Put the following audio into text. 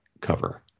cover